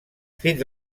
fins